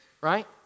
right